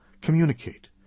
communicate